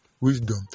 Wisdom